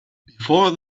before